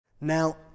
Now